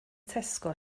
tesco